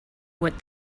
what